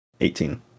18